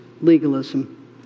legalism